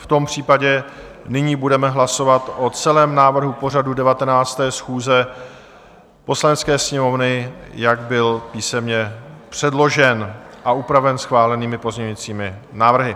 V tom případě nyní budeme hlasovat o celém návrhu pořadu 19. schůze Poslanecké sněmovny, jak byl písemně předložen a upraven schválenými pozměňujícími návrhy.